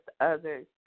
others